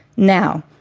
now,